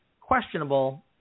questionable